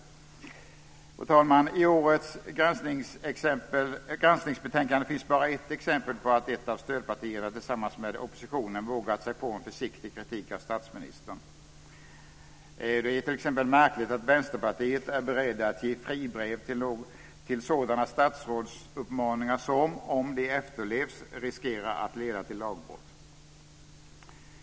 I årets granskningsbetänkande finns det bara ett exempel på att ett av stödpartierna tillsammans med oppositionen vågat sig på en försiktig kritik av statsministern. Det är ju t.ex. märkligt att Vänsterpartiet är berett att ge fribrev till sådana statsrådsuppmaningar som - om de efterlevs - riskerar att leda till lagbrott.